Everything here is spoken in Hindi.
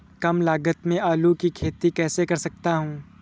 कम लागत में आलू की खेती कैसे कर सकता हूँ?